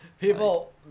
People